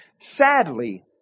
Sadly